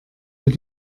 mit